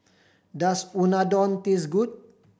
does Unadon taste good